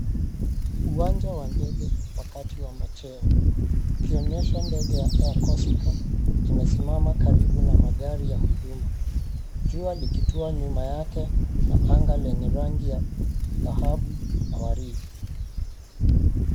Uwanja wa ndege wakati wa macheo ikionyesha ndege ya Air Corsica imesimama karibu na magari ya huduma, jua likitua nyuma yake na anga lenye rangi ya dhahabu na waridi.